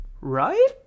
right